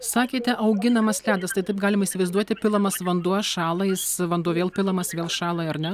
sakėte auginamas ledas tai taip galima įsivaizduoti pilamas vanduo šąla jis vanduo vėl pilamas vėl šąla ar ne